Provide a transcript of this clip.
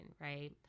right